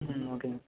ம் ஓகேங்க